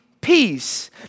peace